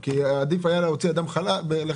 כי עדיף היה להוציא אדם לחל"ת